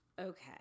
Okay